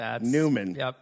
Newman